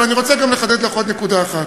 אבל אני רוצה גם לחדד לך עוד נקודה אחת.